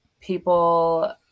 people